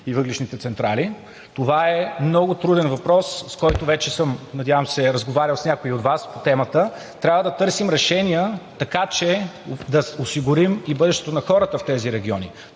и въглищните централи. Това е много труден въпрос, с който вече съм, надявам се, разговарял с някои от Вас по темата, трябва да търсим решения, така че да осигурим и бъдещето на хората в тези региони.